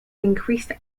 increased